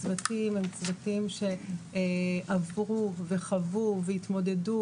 הצוותים הם צוותים שעברו וחוו והתמודדו